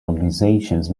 organizations